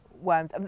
worms